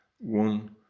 one